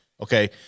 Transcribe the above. okay